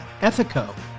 Ethico